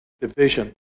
division